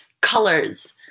colors